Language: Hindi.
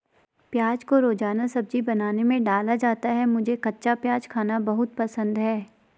प्याज को रोजाना सब्जी बनाने में डाला जाता है मुझे कच्चा प्याज खाना बहुत पसंद है